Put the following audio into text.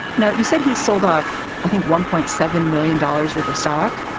now, you said he sold off. i think one point seven million dollars worth of stock.